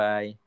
Bye